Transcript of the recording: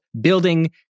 Building